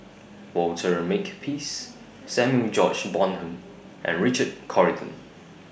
Walter Makepeace Samuel George Bonham and Richard Corridon